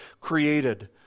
created